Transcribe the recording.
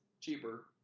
cheaper